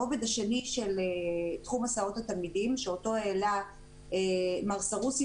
הרובד השני של תחום הסעות התלמידים שאותו העלה מר סרוסי,